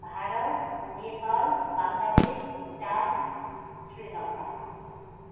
Bharat Nepal Bangladesh Bhutan Sri Lanka